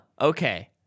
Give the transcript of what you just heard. okay